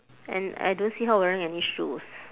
and I don't see her wearing any shoes